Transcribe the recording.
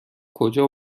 کجا